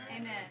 Amen